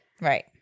Right